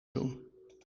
doen